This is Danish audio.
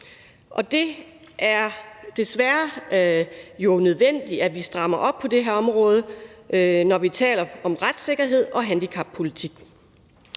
Og det er jo desværre nødvendigt, at vi strammer op på det her område, når vi taler om retssikkerhed og handicappolitik.